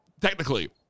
technically